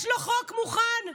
יש לו חוק מוכן ממרץ.